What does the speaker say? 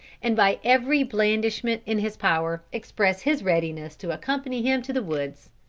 and by every blandishment in his power, express his readiness to accompany him to the woods.